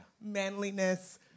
manliness